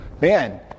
man